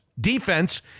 defense